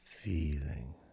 feeling